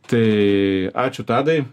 tai ačiū tadai